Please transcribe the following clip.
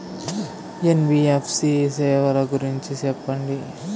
NBFC సేవల గురించి సెప్పండి?